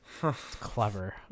clever